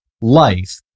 life